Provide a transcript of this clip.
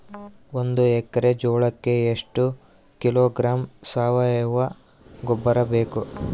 ಒಂದು ಎಕ್ಕರೆ ಜೋಳಕ್ಕೆ ಎಷ್ಟು ಕಿಲೋಗ್ರಾಂ ಸಾವಯುವ ಗೊಬ್ಬರ ಬೇಕು?